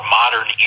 modern